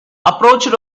approached